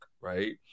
right